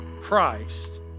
Christ